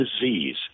disease